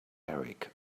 eric